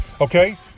Okay